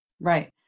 Right